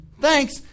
Thanks